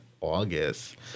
August